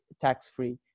tax-free